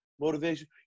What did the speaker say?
motivation